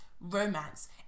romance